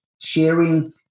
sharing